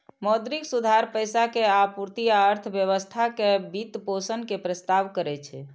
मौद्रिक सुधार पैसा के आपूर्ति आ अर्थव्यवस्था के वित्तपोषण के प्रस्ताव करै छै